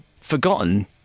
forgotten